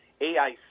AIC